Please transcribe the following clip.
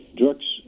drugs